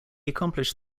accomplished